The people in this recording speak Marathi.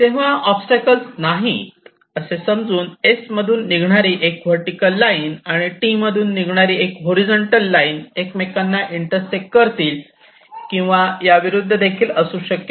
तेव्हा ओबस्टॅकल्स नाही असे समजून S मधून निघणारी एक वर्टीकल लाईन आणि T मधून निघणारी एक हॉरिझॉन्टल लाईन एकमेकांना इंटरसेक्ट करतील किंवा याविरुद्ध असू शकेल